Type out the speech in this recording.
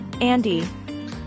Andy